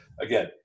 again